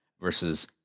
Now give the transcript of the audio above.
versus